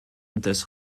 des